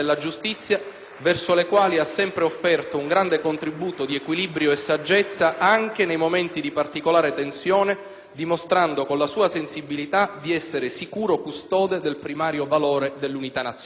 verso le quali ha sempre offerto un grande contributo di equilibrio e saggezza, anche nei momenti di particolare tensione, dimostrando, con la sua sensibilità, di essere sicuro custode del primario valore dell'unità nazionale.